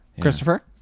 Christopher